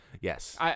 Yes